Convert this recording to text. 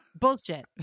bullshit